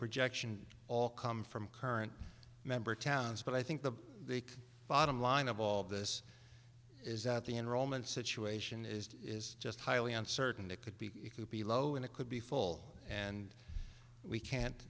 projection all come from current member towns but i think the bottom line of all of this is that the enrollment situation is just highly uncertain it could be it could be low and it could be full and we can't